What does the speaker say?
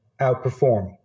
outperform